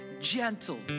Gentle